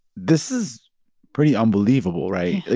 this is pretty unbelievable right? like,